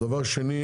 שנית,